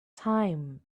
time